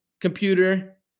Computer